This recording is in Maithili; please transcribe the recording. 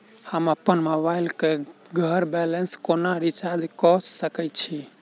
हम अप्पन मोबाइल कऽ घर बैसल कोना रिचार्ज कऽ सकय छी?